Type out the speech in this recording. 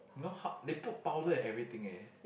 know how they put powder at everything eh